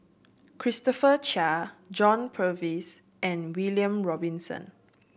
Christopher Chia John Purvis and William Robinson